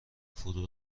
فرو